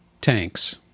tanks